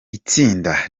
itsinda